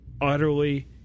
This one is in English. utterly